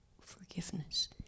forgiveness